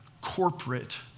corporate